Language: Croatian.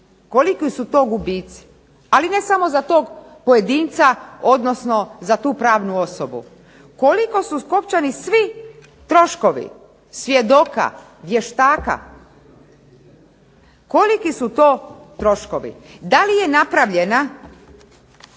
koliki su to gubitci. Ali ne samo za tog pojedinca, odnosno za tu pravnu osobu. Koliko su skopčani svi troškovi svjedoka, vještaka, koliki su to troškovi. Da li je napravljena